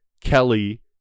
Kelly